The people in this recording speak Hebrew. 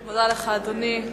תודה, אדוני.